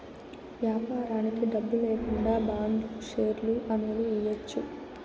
వ్యాపారానికి డబ్బు లేకుండా బాండ్లు, షేర్లు అనేవి ఇయ్యచ్చు